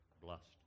blessed